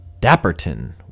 Dapperton